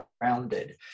grounded